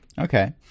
Okay